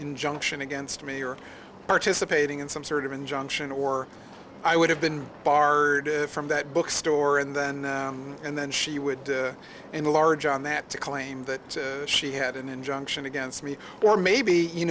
injunction against me or participating in some sort of injunction or i would have been barred from that bookstore and then and then she would enlarge on that to claim that she had an injunction against me or maybe you